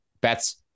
bets